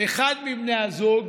אחד מבני הזוג